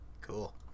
Cool